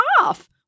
off